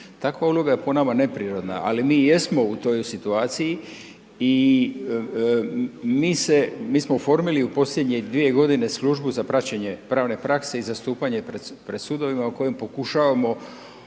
takva uloga je po nama neprirodna, ali mi jesmo u toj situaciji i mi se, mi smo oformili u posljednje dvije godine službu za praćenje pravne prakse i zastupanje pred sudovima u kojem pokušavamo